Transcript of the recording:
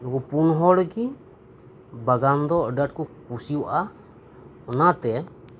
ᱱᱩᱠᱩ ᱯᱩᱱ ᱦᱚᱲ ᱜᱮ ᱵᱟᱜᱟᱱ ᱫᱚ ᱟᱹᱰᱤ ᱟᱸᱴ ᱠᱚ ᱠᱩᱥᱤ ᱟᱜᱼᱟ ᱚᱱᱟᱛᱮ